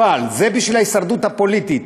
זה בשביל ההישרדות הפוליטית,